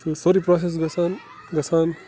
تِم سٲرٕے پرٛاسٮ۪س گژھان گژھان